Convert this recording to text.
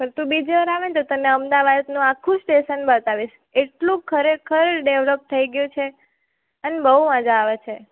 પણ તું બીજી વાર આવેને તો તને અમદાવાદનું આખું સ્ટેશન બતાવીશ એટલું ખરેખર ડેવલોપ થઈ ગયું છે અને બહુ મજા આવે છે